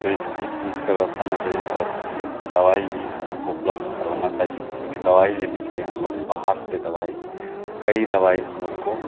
तो इस इस चीज़ की व्यवस्था होनी चाहिए और जो दवाई भी हम लोग को उपलब्ध करवानी चाहिए क्योंकि दवाई लेने के लिए हम लोग बाहर से दवाई कई दवाई हम लोग को